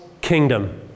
kingdom